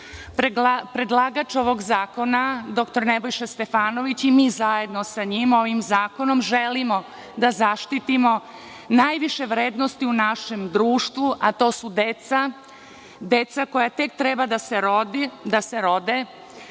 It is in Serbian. predlagač ovog zakona dr Nebojša Stefanović i mi zajedno sa njim, ovim zakonom želim da zaštitimo najviše vrednosti u našem društvu, a to su deca, deca koja tek treba da se rode,